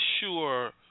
sure